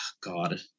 god